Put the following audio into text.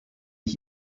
ich